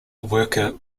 worker